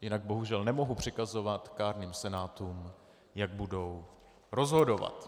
jinak bohužel nemohu přikazovat kárným senátům, jak budou rozhodovat.